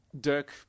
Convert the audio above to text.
Dirk